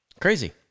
Crazy